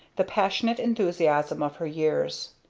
the passionate enthusiasm of her years.